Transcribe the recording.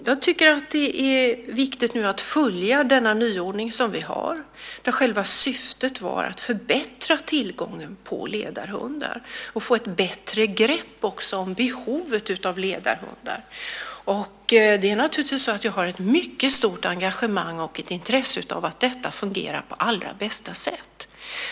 Jag tycker att det är viktigt att följa denna nyordning, där själva syftet var att förbättra tillgången på ledarhundar och få ett bättre grepp om behovet av ledarhundar. Jag har naturligtvis ett mycket stort engagemang för och intresse av att detta fungerar på allra bästa sätt.